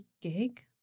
gig